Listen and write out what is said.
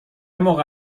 موقع